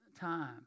time